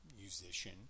musician